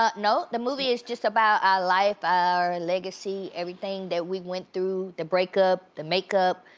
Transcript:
ah no, the movie is just about our life, our legacy, everything that we went through, the break-up, the make-up,